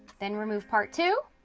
then remove part two.